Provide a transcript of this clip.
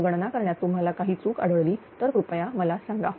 जर गणना करण्यात तुम्हाला काही चूक आढळली तर कृपया मला सांगा